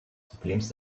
problems